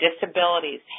disabilities